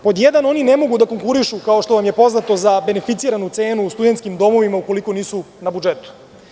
Pod jedan, oni ne mogu da konkurišu, kao što vam je poznato, za beneficiranu cenu u studentskim domovima ukoliko nisu na budžetu.